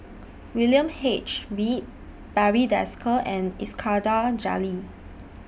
William H Read Barry Desker and Iskandar Jalil